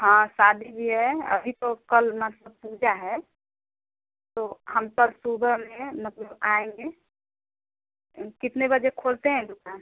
हाँ शादी भी है अभी तो कल मतलब पूजा है तो हम कल सुबा में मतलब आएँगे कितने बजे खोलते हैं दुकान